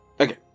Okay